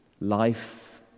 life